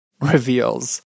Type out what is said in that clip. reveals